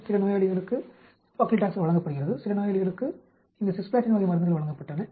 எனவே சில நோயாளிகளுக்கு பக்லிடாக்சல் வழங்கப்படுகிறது சில நோயாளிகளுக்கு இந்த சிஸ்ப்ளேட்டின் வகை மருந்துகள் வழங்கப்பட்டன